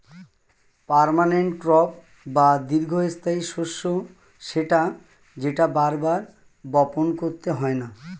permanent crop বা দীর্ঘস্থায়ী শস্য সেটা যেটা বার বার বপণ করতে হয়না